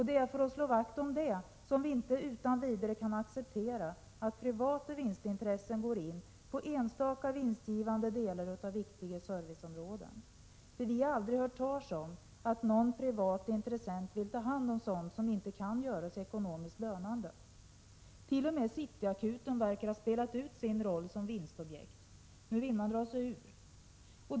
Det är för att slå vakt om detta vi inte utan vidare kan acceptera att privata vinstintressen går in på enstaka vinstgivande delar av viktiga serviceområden. Vi har aldrig hört talas om att någon privat intressent vill ta hand om sådant som inte kan göras ekonomiskt lönande. T.o.m. City Akuten verkar ha spelat ut sin roll som vinstobjekt. Nu vill man dra sig ur.